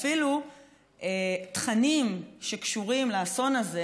אפילו תכנים שקשורים לאסון הזה,